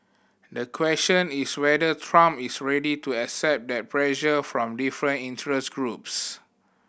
the question is whether Trump is ready to accept that pressure from different interest groups